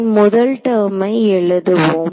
நாம் முதல் டெர்மை எழுதுவோம்